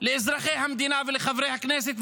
לאזרחי המדינה ולחברי הכנסת.